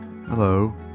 Hello